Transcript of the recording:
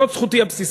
זו זכותי הבסיסית.